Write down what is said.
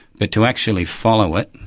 but to actually follow it,